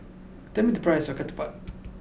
tell me the price of ketupat